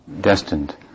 destined